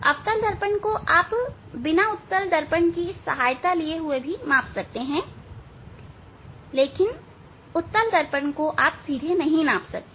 अवतल दर्पण को आप बिना उत्तल दर्पण की सहायता लिए हुए माप सकते हैं परंतु उत्तल दर्पण को आप सीधे नहीं माप सकते